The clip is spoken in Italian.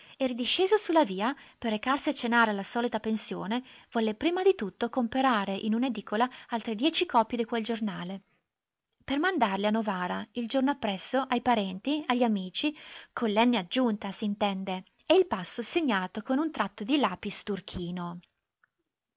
e ridisceso su la via per recarsi a cenare alla solita pensione volle prima di tutto comperare in un'edicola altre dieci copie di quel giornale per mandarle a novara il giorno appresso ai parenti a gli amici con l enne aggiunta s'intende e il passo segnato con un tratto di lapis turchino